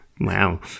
Wow